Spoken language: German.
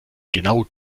genau